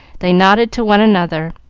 they nodded to one another,